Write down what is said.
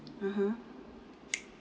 mmhmm